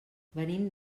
venim